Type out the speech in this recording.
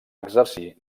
exercir